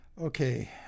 Okay